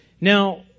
Now